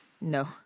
No